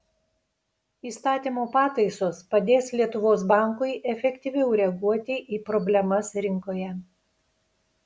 įstatymo pataisos padės lietuvos bankui efektyviau reaguoti į problemas rinkoje